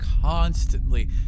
constantly